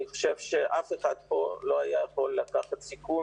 אני חושב שאף אחד כאן לא היה יכול לקחת סיכון